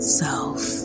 self